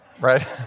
Right